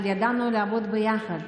אבל ידענו לעבוד ביחד.